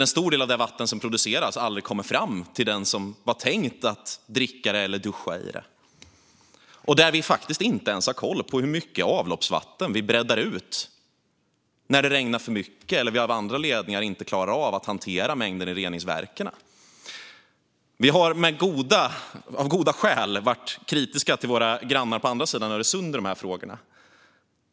En stor del av det vatten som produceras kommer aldrig fram till den som det var tänkt skulle dricka av det eller duscha i det. Vi har faktiskt inte ens koll på hur mycket avloppsvatten som bräddas när det regnar för mycket eller när vi av andra anledningar inte klarar av att hantera mängden i reningsverken. Vi har av goda skäl varit kritiska till våra grannar på andra sidan Öresund i dessa frågor.